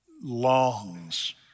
longs